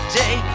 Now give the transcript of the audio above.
day